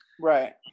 Right